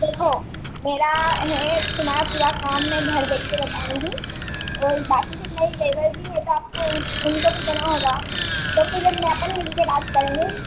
देखो मेरा है तुम्हारा पूरा काम मैं घर देख कर बताऊँगी ओर बाकी फिर मेरे लेबर भी है तो आपको उनको भी देना होगा तो फिर में अपन मिल कर बात करेंगे